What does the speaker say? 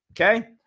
okay